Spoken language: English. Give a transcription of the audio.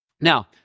Now